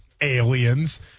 aliens